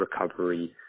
recovery